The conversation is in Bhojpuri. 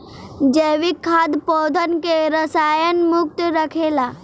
जैविक खाद पौधन के रसायन मुक्त रखेला